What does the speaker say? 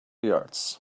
yards